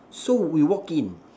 so we walk in